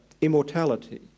immortality